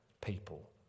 people